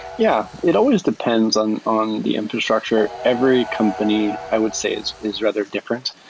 yeah. it always depends on on the infrastructure. every company, i would say, is is rather different.